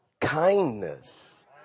kindness